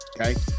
okay